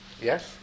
Yes